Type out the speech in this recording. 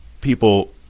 people